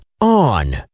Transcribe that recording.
On